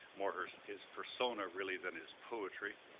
more his his persona really than his poetry.